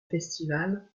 festivals